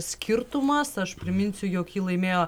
skirtumas aš priminsiu jog ji laimėjo